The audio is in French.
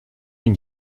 une